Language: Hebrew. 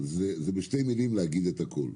וזה בשתי מילים להגיד את הכול.